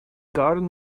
garden